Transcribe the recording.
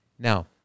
Now